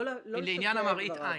חשוב שתדעו את זה לעניין מראית העין.